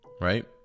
right